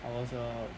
I was a